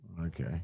okay